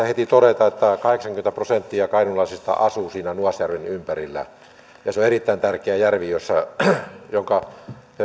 heti todeta että kahdeksankymmentä prosenttia kainuulaisista asuu siinä nuasjärven ympärillä ja se on erittäin tärkeä järvi jonka